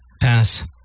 Pass